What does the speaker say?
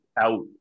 out